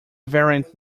variant